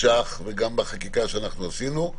גם בחקיקה שעשינו.